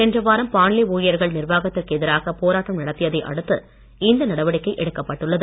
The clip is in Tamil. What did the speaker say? சென்ற வாரம் பாண்லே ஊழியர்கள் நிர்வாகத்திற்கு எதிராக போராட்டம் நடத்தியதை அடுத்து இந்த நடவடிக்கை எடுக்கப்பட்டுள்ளது